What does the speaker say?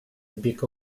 zbieg